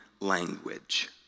Language